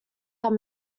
had